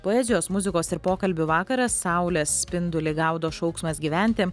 poezijos muzikos ir pokalbių vakaras saulės spindulį gaudo šauksmas gyventi